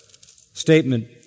statement